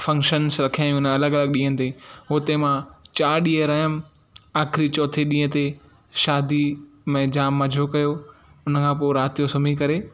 functions रखाइयूं उन अलॻि ॾींहंनि ते हुते मां चारि ॾींहं रहियमि आख़रीं चौथे ॾींहुं ते शादी में जाम मजो कयो हुनखां पोइ राति जे सुम्हीं करे